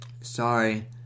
Sorry